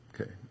Okay